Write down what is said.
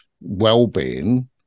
well-being